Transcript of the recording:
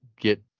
get